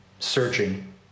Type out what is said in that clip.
searching